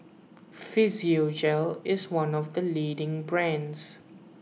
Physiogel is one of the leading brands